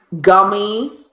gummy